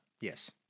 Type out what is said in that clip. Yes